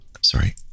sorry